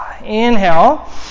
inhale